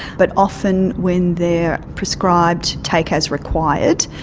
but often when they are prescribed take as required,